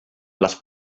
les